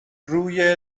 روی